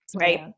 right